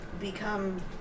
become